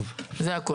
זה הכל.